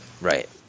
right